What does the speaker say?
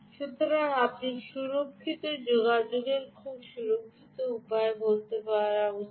সুতরাং আপনার সুরক্ষিত যোগাযোগের খুব সুরক্ষিত উপায় বলতে দেওয়া উচিত